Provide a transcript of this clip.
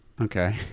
Okay